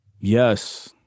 Yes